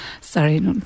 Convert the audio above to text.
Sorry